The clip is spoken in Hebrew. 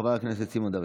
חבר הכנסת סימון דוידסון.